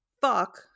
Fuck